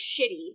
shitty